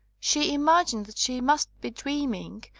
she imagined that she must be dream ing,